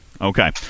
okay